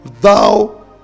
thou